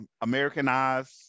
Americanized